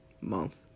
month